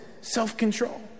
self-control